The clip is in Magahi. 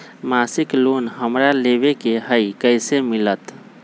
मासिक लोन हमरा लेवे के हई कैसे मिलत?